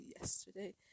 yesterday